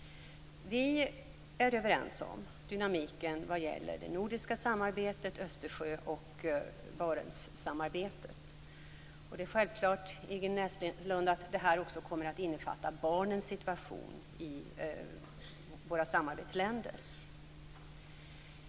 Vi är överens om dynamiken vad gäller det nordiska samarbetet, Östersjö och Barentssamarbetet. Det är självklart, Ingrid Näslund, att det här också kommer att innefatta barnens situation i våra samarbetsländer.